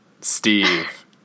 Steve